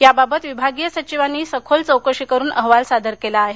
याबाबत विभागीय सचिवांनी सखोल चौकशी करून अहवाल सादर केला आहे